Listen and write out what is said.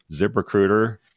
ZipRecruiter